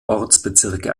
ortsbezirke